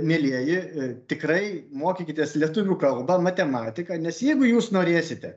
mielieji tikrai mokykitės lietuvių kalbą matematiką nes jeigu jūs norėsite